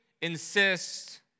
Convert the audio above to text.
insist